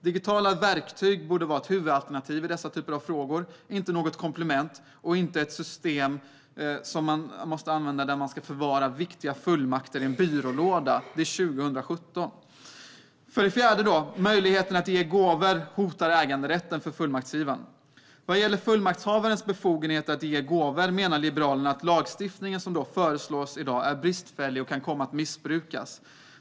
Digitala verktyg borde vara huvudalternativ i dessa frågor, inte något komplement. Vi ska inte ha ett system som man måste använda där man förvarar viktiga fullmakter i en byrålåda. Det är 2017. För det fjärde hotar möjligheten att ge gåvor äganderätten för fullmaktsgivaren. Vad gäller fullmaktshavarens befogenhet att ge gåvor menar Liberalerna att lagstiftningen som föreslås i dag är bristfällig och kan missbrukas.